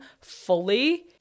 fully